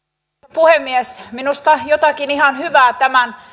puhemies minusta jotakin ihan hyvää tämän